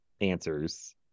answers